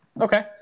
Okay